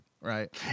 Right